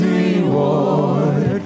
reward